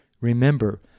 Remember